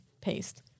paste